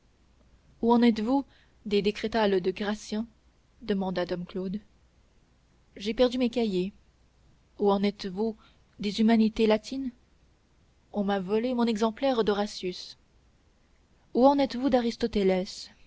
où en êtes-vous des décrétales de gratien demanda dom claude j'ai perdu mes cahiers où en êtes-vous des humanités latines on m'a volé mon exemplaire d'horatius où en êtes-vous